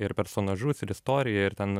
ir personažus ir istoriją ir ten